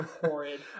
horrid